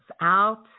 out